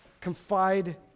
Confide